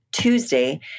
Tuesday